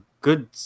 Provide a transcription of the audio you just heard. good